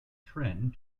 trend